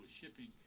shipping